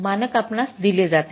मानक आपणास दिले जाते